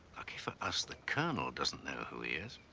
lucky for us the colonel doesn't know who he is.